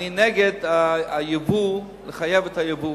אני נגד לחייב את היבוא,